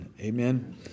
Amen